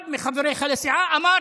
אחד מחבריך לסיעה אמר,